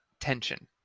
tension